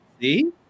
See